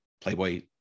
Playboy